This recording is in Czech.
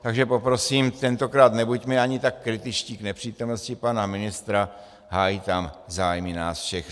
Takže poprosím, tentokrát nebuďme ani tak kritičtí k nepřítomnosti pana ministra, hájí tam zájmy nás všech.